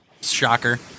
Shocker